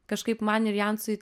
kažkaip man ir jansui